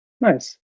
nice